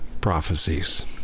prophecies